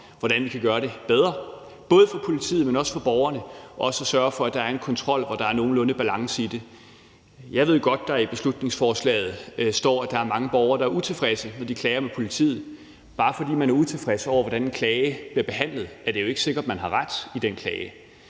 hvordan vi kan gøre det bedre for både politiet, men også for borgerne, og også sørge for, at der er en kontrol, som gør, at der er nogenlunde balance i det. Jeg ved godt, at der i beslutningsforslaget står, at der er mange borgere, der er utilfredse, når de klager over politiet. Bare fordi man er utilfreds over, hvordan en klage bliver behandlet, er det jo ikke sikkert, man har ret i den klage.